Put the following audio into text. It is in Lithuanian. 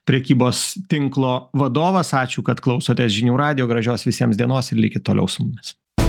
prekybos tinklo vadovas ačiū kad klausotės žinių radijo gražios visiems dienos ir likit toliau su mumis